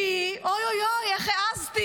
כי, אוי אוי אוי, איך העזתי?